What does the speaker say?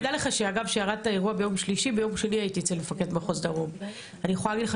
חברה אחת עוסקת בכל נושא הכספומטים, כסף